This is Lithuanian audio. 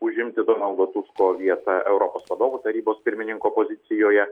užimti donaldo tusko vietą europos vadovų tarybos pirmininko pozicijoje